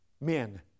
Men